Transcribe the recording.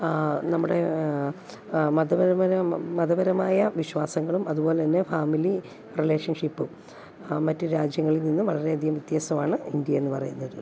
നമ്മുടെ മതപരമായ മതപരമായ വിശ്വാസങ്ങളും അതുപോലെ തന്നെ ഫാമിലി റിലേഷൻഷിപ്പും മറ്റ് രാജ്യങ്ങളിൽ നിന്നും വളരെയധികം വ്യത്യാസവാണ് ഇന്ത്യേന്ന് പറയുന്നത്